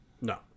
No